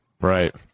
Right